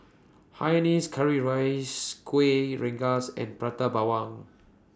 Hainanese Curry Rice Kueh Rengas and Prata Bawang